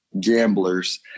Gamblers